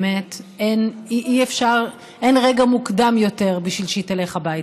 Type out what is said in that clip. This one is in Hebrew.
באמת, אין רגע מוקדם יותר בשביל שהיא תלך הביתה,